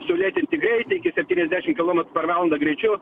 sulėtinti greitį iki septyniasdešim kilomet per valandą greičiu